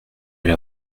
elle